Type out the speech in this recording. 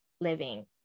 living